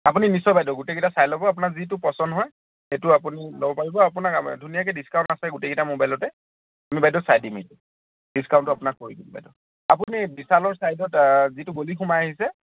আপুনি নিশ্চয় বাইদ' গোটেইকেইটা চাই ল'ব আপোনাৰ যিটো পচন্দ হয় সেইটো আপুনি ল'ব পাৰিব আপোনাক ধুনীয়াকৈ ডিছকাউণ্ট আছে গোটেইকেইটা মোবাইলতে আমি বাইদ' চাই দিম এইটো ডিছকাউণ্টটো আপোনাক কৰি দিম বাইদ' আপুনি বিছালৰ ছাইদত যিটো গলি সোমাই আহিছে